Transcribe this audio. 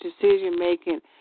decision-making